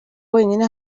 wenyine